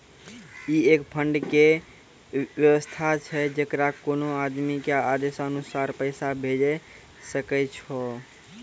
ई एक फंड के वयवस्था छै जैकरा कोनो आदमी के आदेशानुसार पैसा भेजै सकै छौ छै?